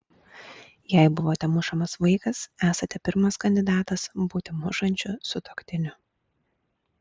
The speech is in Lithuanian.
jei buvote mušamas vaikas esate pirmas kandidatas būti mušančiu sutuoktiniu